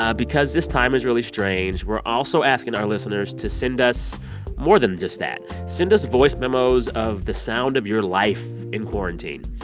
ah because this time is really strange, we're also asking our listeners to send us more than just that. send us voice memos of the sound of your life in quarantine.